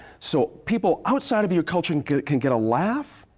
so people outside of your culture can get a laugh,